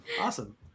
Awesome